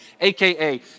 AKA